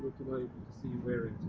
and to see wearing